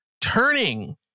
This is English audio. turning